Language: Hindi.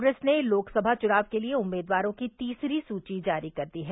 कांग्रेस ने लोकसभा चुनाव के लिए उम्मीदवारों की तीसरी सूची जारी कर दी है